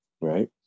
Right